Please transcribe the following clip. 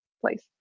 place